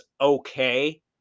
okay